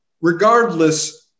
regardless